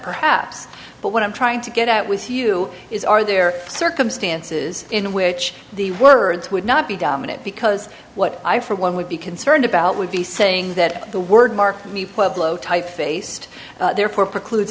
perhaps but what i'm trying to get out with you is are there circumstances in which the words would not be dominant because what i for one would be concerned about would be saying that the word mark me pueblo typeface therefore precludes